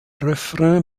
refrain